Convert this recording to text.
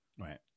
Right